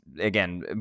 again